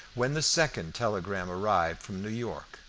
when the second telegram arrived from new york,